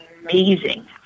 amazing